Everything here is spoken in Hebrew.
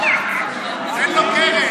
תן לו קרן.